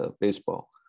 baseball